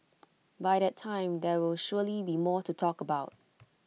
by that time there will surely be more to talk about